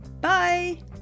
Bye